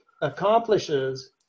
accomplishes